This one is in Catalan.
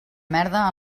merda